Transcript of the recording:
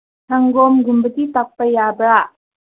ꯁꯪꯒꯣꯝꯒꯨꯝꯕꯗꯤ ꯆꯥꯕ ꯌꯥꯕ꯭ꯔꯥ